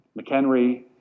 McHenry